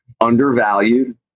undervalued